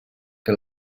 que